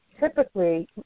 Typically